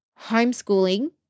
homeschooling